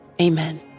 amen